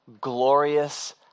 glorious